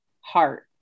heart